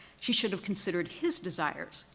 should have considered his desires,